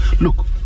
Look